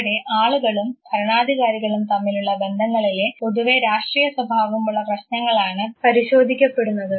ഇവിടെ ആളുകളും ഭരണാധികാരികളും തമ്മിലുള്ള ബന്ധങ്ങളിലെ പൊതുവേ രാഷ്ട്രീയ സ്വഭാവമുള്ള പ്രശ്നങ്ങളാണ് പരിശോധിക്കപ്പെടുന്നത്